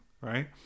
right